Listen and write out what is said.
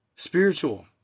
Spiritual